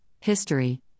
history